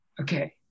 okay